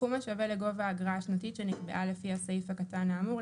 סכום השווה לגובה האגרה השנתית שנקבעה לפי הסעיף הקטן האמור,